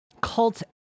cult